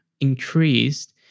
increased